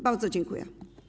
Bardzo dziękuję.